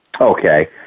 Okay